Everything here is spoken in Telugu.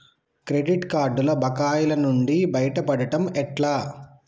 క్రెడిట్ కార్డుల బకాయిల నుండి బయటపడటం ఎట్లా?